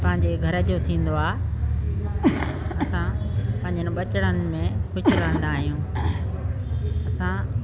पंहिंजे घर जो थींदो आहे असां पंहिंजनि ॿचिड़नि में पिछरंदा आहियूं असां